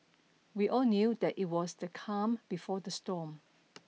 we all knew that it was the calm before the storm